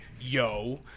yo